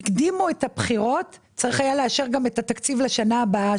שכשהקדימו את הבחירות צריך היה לאשר גם את התקציב השוטף לשנה הבאה,